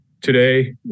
Today